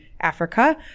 Africa